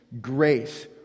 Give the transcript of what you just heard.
grace